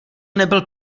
nebyl